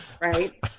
Right